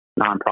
nonprofit